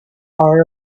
hour